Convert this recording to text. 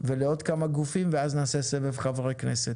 ולעוד כמה גופים ואז נעשה סבב חברי כנסת.